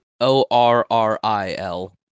O-R-R-I-L